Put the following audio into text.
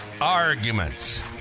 arguments